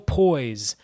poise